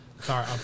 Sorry